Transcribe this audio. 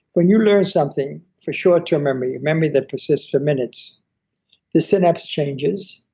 when you learn something for shortterm memory, a memory that persists a minutes the synapse changes,